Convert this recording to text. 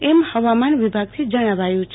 એમ હવામાન વિભાગથી જણાવાયું છે